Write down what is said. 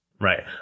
Right